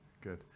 good